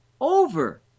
over